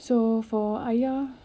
so for ayah